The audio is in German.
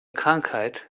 krankheit